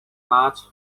much